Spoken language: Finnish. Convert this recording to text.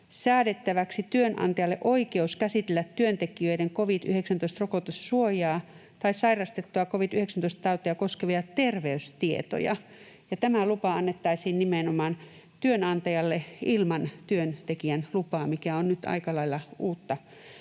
säädettäväksi työnantajalle oikeus käsitellä työntekijöiden covid-19-rokotussuojaa tai sairastettua covid-19-tautia koskevia terveystietoja. Tämä lupa annettaisiin nimenomaan työnantajalle ilman työntekijän lupaa, mikä on nyt aika lailla uutta